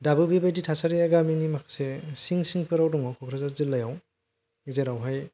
दाबो बेबादि थासारिया गामिनि माखासे सिं सिं फोराव दङ क'क्राझार जिल्लायाव जेरावहाय